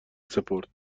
سپرد